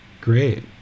Great